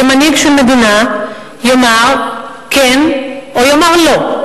כמנהיג של מדינה, יאמר כן, או יאמר לא.